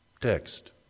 text